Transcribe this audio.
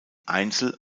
einzel